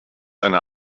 eine